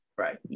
Right